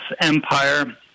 empire